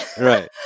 Right